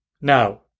Now